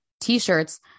T-shirts